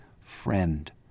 friend